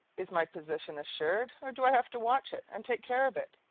is my position assured, or do i have to watch it and take care of it?